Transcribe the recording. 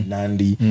Nandi